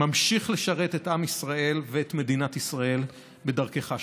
ממשיך לשרת את עם ישראל ואת מדינת ישראל בדרכך שלך.